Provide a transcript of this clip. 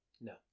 No